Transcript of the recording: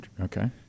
Okay